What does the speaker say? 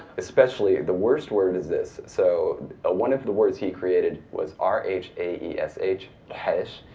especially, the worst word is this. so one of the words he created was r, h, a, e, s, h, rhaesh,